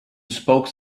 spoke